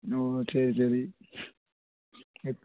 ஓ சரி சரி எப்